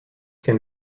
can